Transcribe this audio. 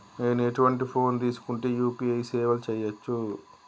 నేను ఎటువంటి ఫోన్ తీసుకుంటే యూ.పీ.ఐ సేవలు చేయవచ్చు?